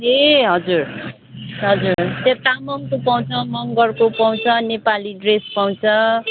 ए हजुर हजुर त्यो तामाङको पाउँछ मगरको पाउँछ अनि नेपाली ड्रेस पाउँछ